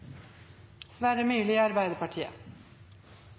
Sverre Myrli